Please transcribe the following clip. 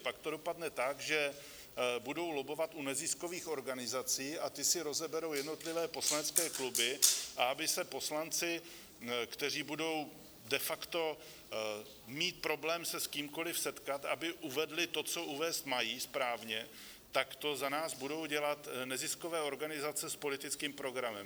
Pak to dopadne tak, že budou lobbovat u neziskových organizací a ty si rozeberou jednotlivé poslanecké kluby, a aby se poslanci, kteří budou de facto mít problém se s kýmkoli setkat, aby uvedli to, co uvést mají správně, tak to za nás budou dělat neziskové organizace s politickým programem.